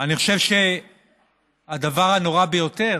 חושב שהדבר הנורא ביותר